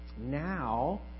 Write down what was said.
Now